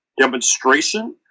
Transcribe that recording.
demonstration